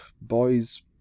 boys